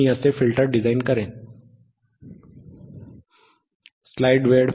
मी असे filter design करेन